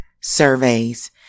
surveys